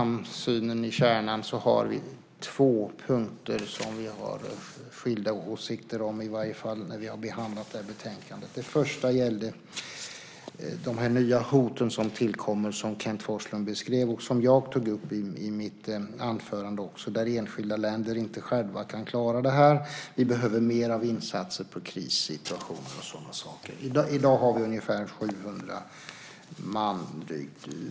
Men det finns två punkter där vi har skilda åsikter, i varje fall hade vi det när vi behandlade det här betänkandet. Den första gäller de nya hot som tillkommer och som Kenneth Forslund beskrev, något som också jag tog upp i mitt anförande, och där enskilda länder inte själva kan klara dem. Vi behöver mera av insatser i krissituationer. I dag har vi ungefär 700 man ute i världen.